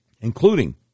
Including